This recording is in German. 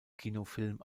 kinofilm